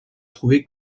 trouver